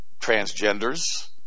transgenders